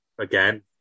again